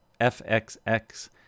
FXX